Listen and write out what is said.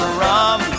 rum